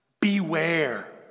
beware